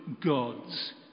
gods